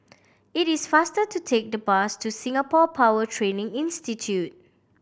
it is faster to take the bus to Singapore Power Training Institute